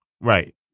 Right